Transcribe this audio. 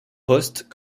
poste